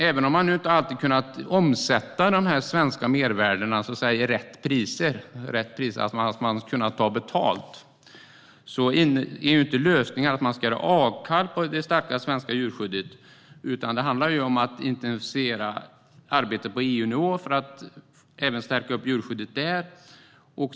Även om man inte alltid har kunnat omsätta de svenska mervärdena till rätt pris - det vill säga att man ska kunna ta betalt för dem - är inte lösningen att man ska göra avkall på det starka svenska djurskyddet, utan det handlar om att intensifiera arbetet på EU-nivå för att stärka djurskyddet även där.